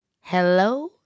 Hello